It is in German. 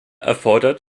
erfordert